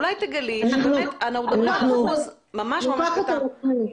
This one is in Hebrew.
אולי תגלי שאנחנו מדברים על אחוז ממש ממש קטן --- אני לוקחת על עצמי.